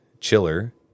chiller